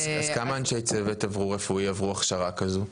אז כמה אנשי צוות רפואי עברו הכשרה כזו?